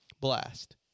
Blast